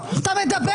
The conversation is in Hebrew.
איך אתה מדבר?